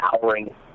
powering